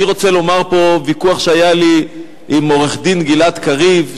אני רוצה לדבר פה על ויכוח שהיה לי עם עורך-דין גלעד קריב,